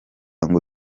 ngo